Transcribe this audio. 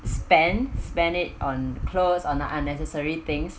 spend spend it on clothes on the unnecessary things